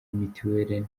mituweli